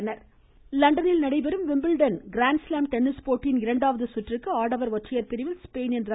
Wimbledon லண்டனில் நடைபெறும் Wimbledon grand slam tennis போட்டியின் இரண்டாவது சுற்றுக்கு ஆடவர் ஒற்றையர் பிரிவில் ஸ்பெயினின் ர